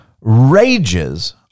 rages